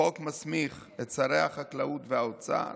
החוק מסמיך את שרי החקלאות והאוצר